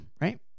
right